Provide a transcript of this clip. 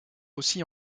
aussi